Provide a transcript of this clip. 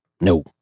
no